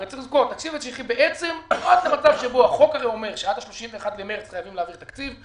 הרי החוק אומר שעד ה-31 במרס חייבים להעביר תקציב,